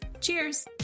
cheers